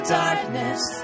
darkness